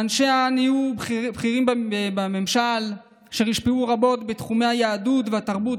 ואנשיה נהיו בכירים בממשל אשר השפיעו רבות בתחומי היהדות והתרבות,